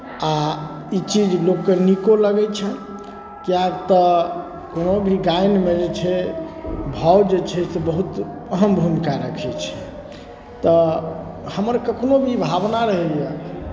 आ ई चीज लोककेँ नीको लगै छनि किएक तऽ कोनो भी गायनमे जे छै भाव जे छै से बहुत अहम भूमिका रखै छै तऽ हमर कखनो भी भावना रहैए